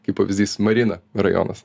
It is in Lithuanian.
kaip pavyzdys marina rajonas